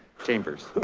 chambers.